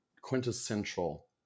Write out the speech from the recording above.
quintessential